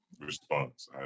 response